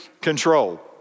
control